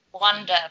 wonder